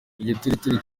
igitigiri